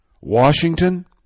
Washington